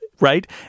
right